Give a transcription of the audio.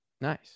Nice